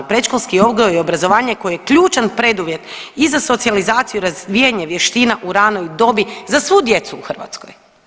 Predškolski odgoji i obrazovanje koje je ključan preduvjet iza socijalizaciju i razvijanje vještina u ranoj dobi za svu djecu u Hrvatskoj.